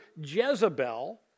Jezebel